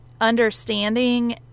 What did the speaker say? understanding